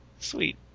Sweet